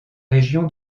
région